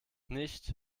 nicht